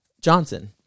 Johnson